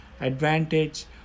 advantage